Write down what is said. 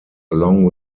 along